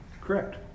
Correct